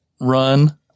run